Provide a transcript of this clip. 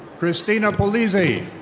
christina polizzi.